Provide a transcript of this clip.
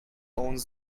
owns